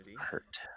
hurt